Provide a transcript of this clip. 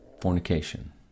fornication